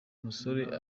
musore